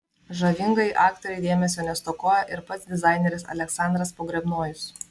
žavingajai aktorei dėmesio nestokojo ir pats dizaineris aleksandras pogrebnojus